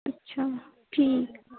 ਅੱਛਾ ਠੀਕ